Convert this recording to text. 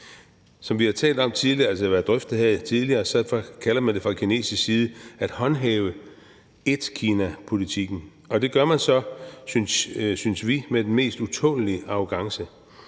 været drøftet her tidligere, så kalder man det fra kinesisk side at håndhæve etkinapolitikken. Det gør man så, synes vi, med den mest utålelige arrogance.